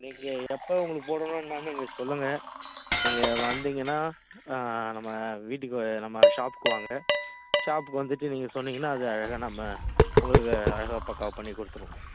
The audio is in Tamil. நீங்கள் எப்போது உங்களுக்கு போடணும்னாலும் நீங்கள் சொல்லுங்க நீங்கள் வந்திங்கன்னால் நம்ம வீட்டுக்கு நம்ம ஷாப்புக்கு வாங்க ஷாப்புக்கு வந்துட்டு நீங்கள் சொன்னீங்கன்னால் அதை அழகாக நம்ம உங்களுக்கு அழகாக பக்காவாக பண்ணிக் கொடுத்துடுவோம்